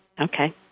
Okay